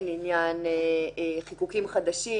עניין חיקוקים חדשים